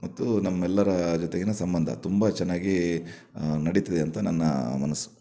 ಮತ್ತು ನಮ್ಮೆಲ್ಲರ ಜೊತೆಗಿನ ಸಂಬಂಧ ತುಂಬ ಚೆನ್ನಾಗಿ ನಡಿತಿದೆ ಅಂತ ನನ್ನ ಮನಸ್ಸು